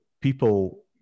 people